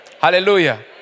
Hallelujah